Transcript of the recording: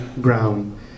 ground